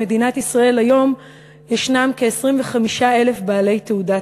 במדינת ישראל היום ישנם כ-25,000 בעלי תעודת